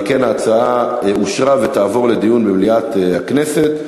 על כן, ההצעה אושרה ותועבר לדיון במליאת הכנסת.